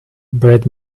bret